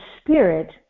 spirit